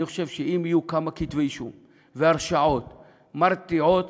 אני חושב שאם יהיו כמה כתבי-אישום והרשעות מרתיעות